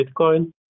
Bitcoin